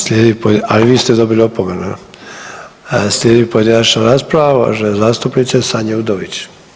Slijedi, ali vi ste dobili opomenu, slijedi pojedinačna rasprava uvažene zastupnice Sanje Udović.